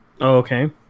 Okay